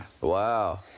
Wow